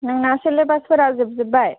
नोंना सिलेबासफोरा जोबजोबबाय